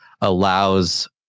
allows